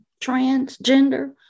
Transgender